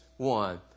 one